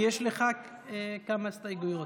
יש לך כמה הסתייגויות.